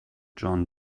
john